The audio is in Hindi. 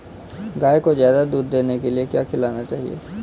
गाय को ज्यादा दूध देने के लिए क्या खिलाना चाहिए?